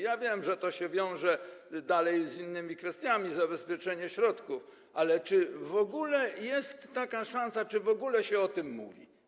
Ja wiem, że to się wiąże dalej z innymi kwestiami, zabezpieczeniem środków, ale czy w ogóle jest taka szansa, czy w ogóle się o tym mówi?